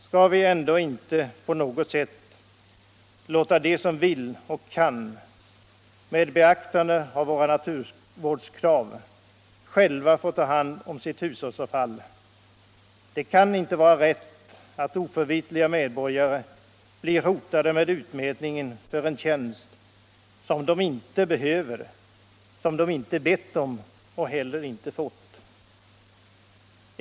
Skall vi ändock inte på något sätt låta dem som vill och kan, med beaktande av våra naturvårdskrav, själva ta hand om sitt hushållsavfall? Det kan inte vara rätt att oförvitliga medborgare blir hotade med utmätning för en tjänst som de inte behöver, som de inte bett om och som de inte heller fått.